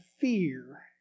fear